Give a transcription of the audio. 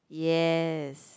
yes